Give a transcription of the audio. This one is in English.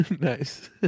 Nice